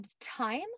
time